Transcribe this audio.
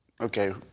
Okay